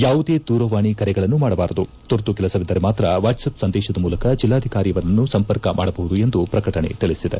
ಯಾವುದೇ ದೂರವಾಣಿ ಕರೆಗಳನ್ನು ಮಾಡಬಾರದು ತುರ್ತು ಕೆಲಸವಿದ್ದರೆ ಮಾತ್ರ ವಾಟ್ಸ್ಅಪ್ ಸಂದೇಶದ ಮೂಲಕ ಜಿಲ್ಲಾಧಿಕಾರಿಯವರನ್ನು ಸಂಪರ್ಕ ಮಾಡಬಹುದು ಎಂದು ಪ್ರಕಟಣೆ ತಿಳಿಸಿದೆ